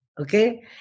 Okay